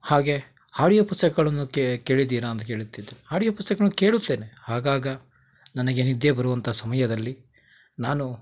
ಹಾಗೆ ಹಾಡಿಯೋ ಪುಸ್ತಕಗಳನ್ನು ಕೇಳಿದ್ದೀರಾ ಅಂತ ಕೇಳುತ್ತಿದ್ದೆ ಆಡಿಯೋ ಪುಸ್ತಕಗಳನ್ನು ಕೇಳುತ್ತೇನೆ ಆಗಾಗ ನನಗೆ ನಿದ್ದೆ ಬರುವಂಥ ಸಮಯದಲ್ಲಿ ನಾನು